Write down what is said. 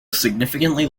significantly